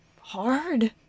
hard